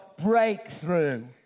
breakthrough